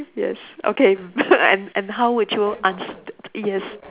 yes okay and and how would you answer that yes